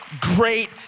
great